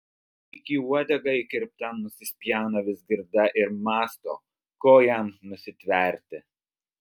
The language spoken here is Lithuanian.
lyg į uodegą įkirpta nusispjauna vizgirda ir mąsto ko jam nusitverti